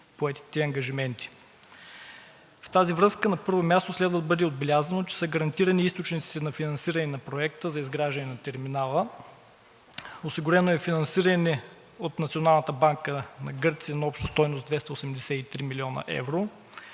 В тази връзка, на първо място, следва да бъде отбелязано, че са гарантирани източниците на финансиране на Проекта за изграждане на терминала, осигурено е финансиране от Националната банка на Гърция на обща стойност 283 млн. евро,